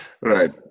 right